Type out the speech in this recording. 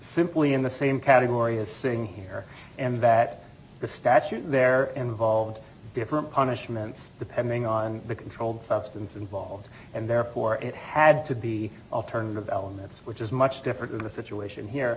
simply in the same category as saying here and that the statute there involved different punishments depending on the controlled substance involved and therefore it had to be alternative elements which is much different than the situation here